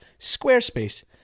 Squarespace